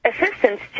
assistance